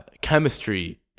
chemistry